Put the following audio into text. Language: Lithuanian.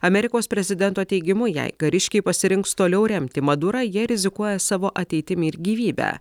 amerikos prezidento teigimu jei kariškiai pasirinks toliau remti madurą jie rizikuoja savo ateitimi ir gyvybe